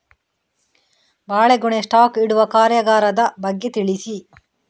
ಬಾಳೆಗೊನೆ ಸ್ಟಾಕ್ ಇಡುವ ಕಾರ್ಯಗಾರದ ಬಗ್ಗೆ ತಿಳಿಸಿ